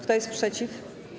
Kto jest przeciw?